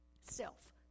Self